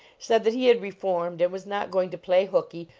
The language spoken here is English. said that he had reformed, and was not going to play hookey,